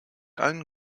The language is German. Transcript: allen